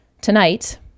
Tonight